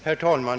Herr talman!